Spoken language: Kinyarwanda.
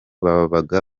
babaga